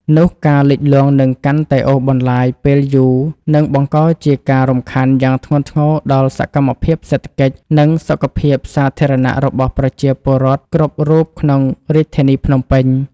នោះការលិចលង់នឹងកាន់តែអូសបន្លាយពេលយូរ និងបង្កជាការរំខានយ៉ាងធ្ងន់ធ្ងរដល់សកម្មភាពសេដ្ឋកិច្ច និងសុខភាពសាធារណៈរបស់ប្រជាពលរដ្ឋគ្រប់រូបក្នុងរាជធានីភ្នំពេញ។